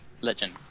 legend